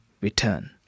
return